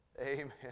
Amen